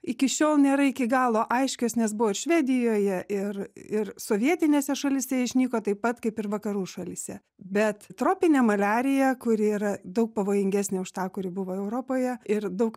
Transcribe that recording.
iki šiol nėra iki galo aiškios nes buvo švedijoje ir ir sovietinėse šalyse išnyko taip pat kaip ir vakarų šalyse bet tropinė maliarija kuri yra daug pavojingesnė už tą kuri buvo europoje ir daug